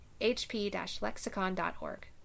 hp-lexicon.org